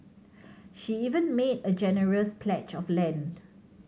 she even made a generous pledge of land